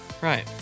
right